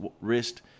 wrist